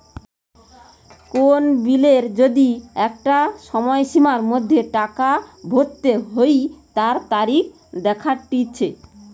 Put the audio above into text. কোন বিলের যদি একটা সময়সীমার মধ্যে টাকা ভরতে হই তার তারিখ দেখাটিচ্ছে